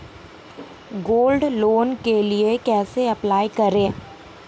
Gold loan के लिए कैसे अप्लाई करें?